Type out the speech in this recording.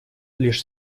лишь